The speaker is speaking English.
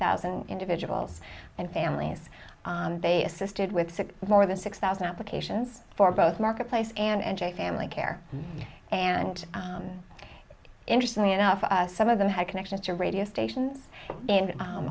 thousand individuals and families they assisted with six more than six thousand applications for both marketplace and jake family care and interestingly enough us some of them had connections to radio stations and